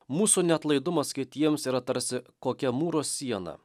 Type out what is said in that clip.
mūsų neatlaidumas kitiems yra tarsi kokia mūro siena